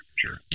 sure